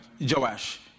Joash